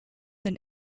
than